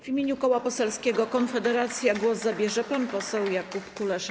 W imienia Koła Poselskiego Konfederacja głos zabierze pan poseł Jakub Kulesza.